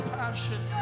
passion